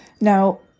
Now